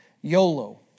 YOLO